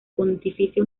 pontificia